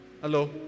Hello